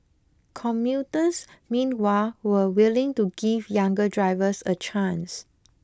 commuters meanwhile were willing to give younger drivers a chance